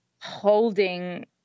holding